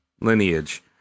lineage